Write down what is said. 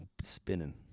spinning